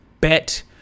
Bet